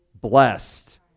blessed